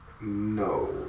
No